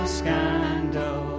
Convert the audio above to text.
scandal